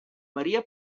maria